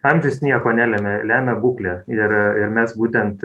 amžius nieko nelemia lemia būklė ir ir mes būtent